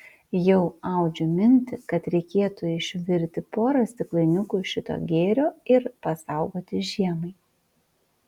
jau audžiu mintį kad reikėtų išvirti porą stiklainiukų šito gėrio ir pasaugoti žiemai